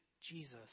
Jesus